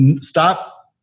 Stop